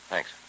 Thanks